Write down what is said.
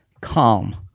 Calm